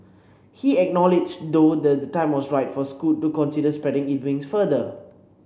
he acknowledged though the time was right for Scoot to consider spreading its wings further